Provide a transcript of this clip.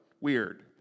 Weird